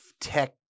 tech